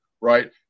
right